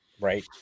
right